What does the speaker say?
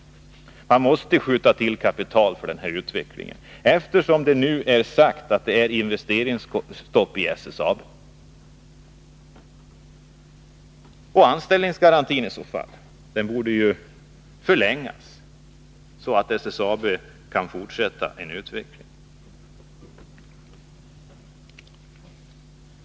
Man måste skjuta till kapital för utvecklingen, eftersom det nu har sagts att det är investeringsstopp i SSAB. Anställningsgarantin borde i så fall förlängas, så att SSAB kan fortsätta sin utveckling.